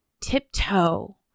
tiptoe